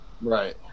right